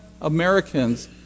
Americans